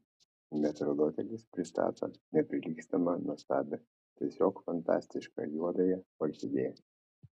metrdotelis pristato neprilygstamą nuostabią tiesiog fantastišką juodąją orchidėją